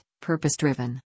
purpose-driven